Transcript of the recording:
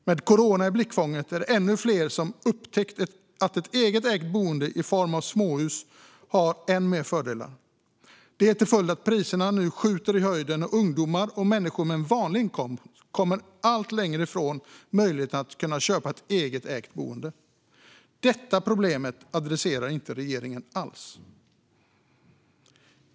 Med corona i blickfånget är det ännu fler som upptäckt att ett eget ägt boende i form av ett småhus har än mer fördelar, detta till följd av att priserna nu skjuter i höjden och att ungdomar och människor med en vanlig inkomst kommer allt längre från möjligheten att köpa ett eget ägt boende. Detta problem adresserar inte regeringen alls.